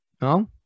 No